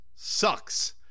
sucks